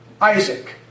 Isaac